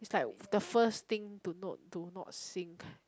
is like the first thing to note do not sing